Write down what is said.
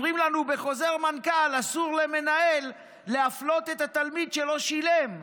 אומרים לנו בחוזר מנכ"ל: אסור למנהל להפלות תלמיד שלא שילם.